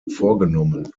vorgenommen